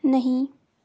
नहीं